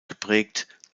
geprägt